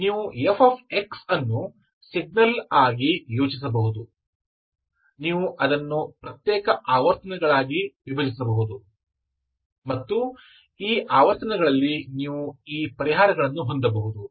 ನೀವು f ಅನ್ನು signal ಆಗಿ ಯೋಚಿಸಬಹುದು ನೀವು ಅದನ್ನು ಪ್ರತ್ಯೇಕ ಆವರ್ತನಗಳಾಗಿ ವಿಭಜಿಸಬಹುದು ಮತ್ತು ಈ ಆವರ್ತನಗಳಲ್ಲಿ ನೀವು ಈ ಪರಿಹಾರಗಳನ್ನು ಹೊಂದಬಹುದು